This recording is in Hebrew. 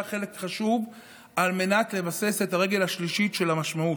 חלק חשוב על מנת לבסס את הרגל השלישית של המשמעות.